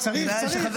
צריך.